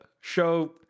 show